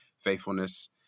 Faithfulness